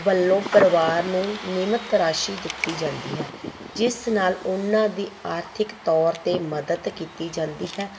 ਵੱਲੋਂ ਪਰਿਵਾਰ ਨੂੰ ਨਿਯਮਤ ਰਾਸ਼ੀ ਦਿੱਤੀ ਜਾਂਦੀ ਹੈ ਜਿਸ ਨਾਲ ਉਹਨਾਂ ਦੀ ਆਰਥਿਕ ਤੌਰ 'ਤੇ ਮਦਦ ਕੀਤੀ ਜਾਂਦੀ ਹੈ